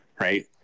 right